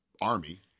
army